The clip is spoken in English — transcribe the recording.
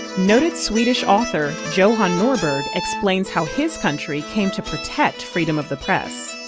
noted swedish author johan norberg explains how his country came to protect freedom of the press.